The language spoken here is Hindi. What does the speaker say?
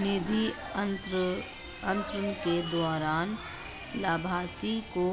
निधि अंतरण के दौरान लाभार्थी को